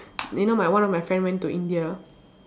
you know my one of my friend went to India